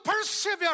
persevere